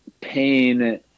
pain